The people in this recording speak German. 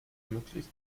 möglich